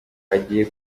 agiye